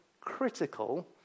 critical